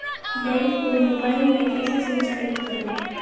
Bank को mobile में कैसे संचालित करें?